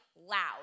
loud